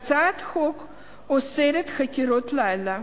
הצעת חוק האוסרת חקירות לילה,